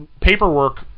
paperwork